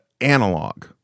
analog